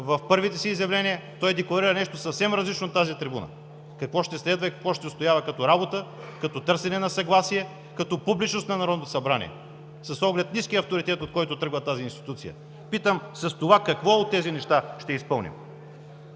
В първите си изявления той декларира нещо съвсем различно – какво ще следва от тази трибуна и какво ще отстоява като работа, като търсене на съгласие, като публичност на Народното събрание с оглед ниския авторитет, от който тръгва тази институция. Питам: с това какво от тези неща ще изпълним?